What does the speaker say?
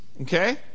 okay